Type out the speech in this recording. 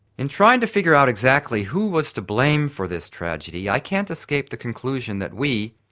in trying to figure out exactly who was to blame for this tragedy i can't escape the conclusion that we,